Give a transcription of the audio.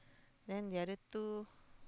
then the other two